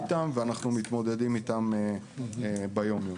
ואנחנו מתמודדים איתם ביומיום.